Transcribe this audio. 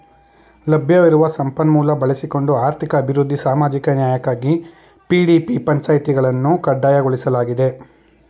ಲಭ್ಯವಿರುವ ಸಂಪನ್ಮೂಲ ಬಳಸಿಕೊಂಡು ಆರ್ಥಿಕ ಅಭಿವೃದ್ಧಿ ಸಾಮಾಜಿಕ ನ್ಯಾಯಕ್ಕಾಗಿ ಪಿ.ಡಿ.ಪಿ ಪಂಚಾಯಿತಿಗಳನ್ನು ಕಡ್ಡಾಯಗೊಳಿಸಲಾಗಿದೆ